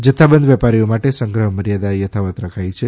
જથ્થાબંધ વેપારીઓ માટે સંગ્રહ મર્યાદા યથાવત રખાઇ છે